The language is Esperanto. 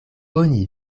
oni